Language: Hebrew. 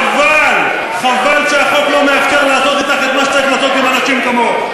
חבל שהחוק לא מאפשר לעשות אתך את מה שצריך לעשות עם אנשים כמוך.